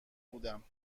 بودم